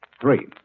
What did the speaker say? Three